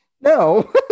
No